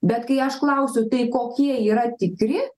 bet kai aš klausiu tai kokie yra tikri